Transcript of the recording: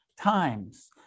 times